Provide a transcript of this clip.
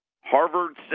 Harvard